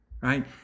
right